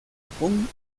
japón